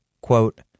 quote